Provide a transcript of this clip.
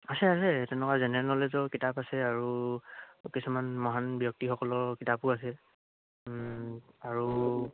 আছে আছে তেনেকুৱা জেনেৰেল নলেজৰ কিতাপ আছে আৰু কিছুমান মহান ব্যক্তিসকলৰ কিতাপো আছে আৰু